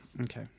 Okay